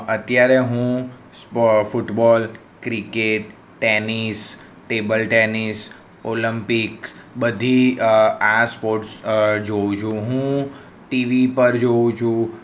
અત્યારે હું sport football cricket tennis table tennis Olympics બધી આ સ્પોટ્સ જોવું છું હું ટીવી પર જોઉં છું